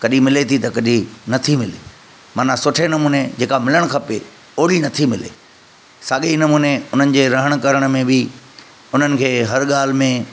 कॾहिं मिले थी त कॾहिं नथी मिले माना सुठे नमूने जेका मिलणु खपे ओहिड़ी नथी मिले साॻे ई नमूने उन्हनि जे रहण करण में बि उन्हनि खे हरि ॻाल्हि में